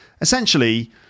Essentially